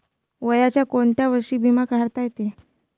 वयाच्या कोंत्या वर्षी बिमा काढता येते?